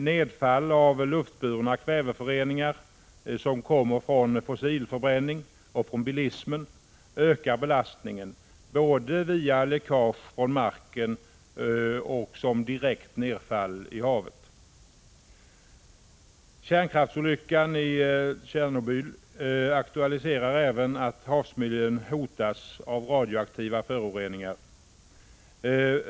Nedfall av luftburna kväveföreningar som härrör från förbränning av fossila ämnen och från bilismen ökar belastningen både genom läckage från marken och som direkt nedfall i havet. Kärnkraftsolyckan i Tjernobyl aktualiserar även förhållandet att havsmiljön hotas av radioaktiva föroreningar.